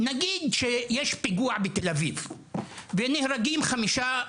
נגיד שיש פיגוע בתל אביב, ונהרגים חמישה יהודים,